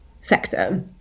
sector